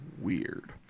weird